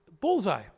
bullseye